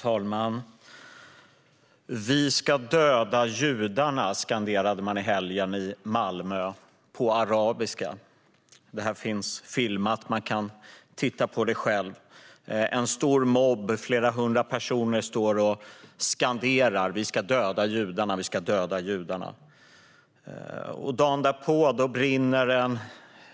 Herr talman! Vi ska döda judarna, skanderade man på arabiska i Malmö i helgen. Det här finns filmat. Man kan titta på det själv. En stor mobb med flera hundra personer står och skanderar: Vi ska döda judarna! Dagen därpå brinner det